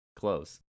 close